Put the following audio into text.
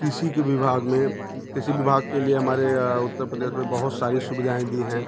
कृषि के विभाग में कृषि विभाग के लिए हमारे उत्तर प्रदेश में बहुत सारी सुविधाऍं दी हैं